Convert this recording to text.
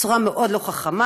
בצורה מאוד לא חכמה.